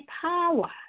power